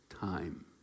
time